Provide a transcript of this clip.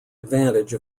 advantage